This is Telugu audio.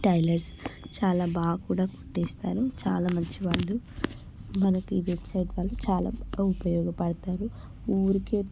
టైలర్స్ చాలా బాగా కూడా కుట్టిస్తారు చాలా మంచి వాళ్ళు మనకి వెబ్సైట్ వాళ్ళు చాలా ఉపయోగపడతారు ఊరికే